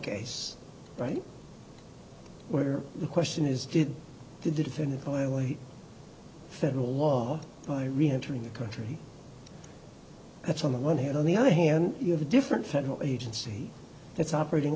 case right where the question is did the defendant go away federal law by reentering the country that's on the one hand on the other hand you have a different federal agency that's operating